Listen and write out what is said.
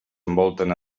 envolten